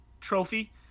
trophy